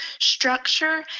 structure